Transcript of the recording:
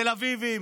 תל אביבים,